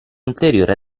ulteriore